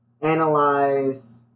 analyze